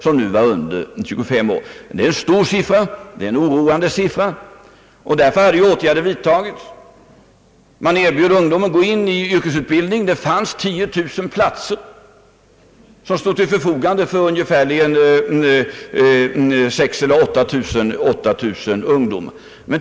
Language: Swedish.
Det är ändå en hög och oroande siffra. Därför har åtgärder vidtagits. Man erbjöd bl.a. ungdomen kurser för yrkesutbildning. Det fanns 10 000 platser som stod till förfogande för 6 000 å 8000 ungdomar.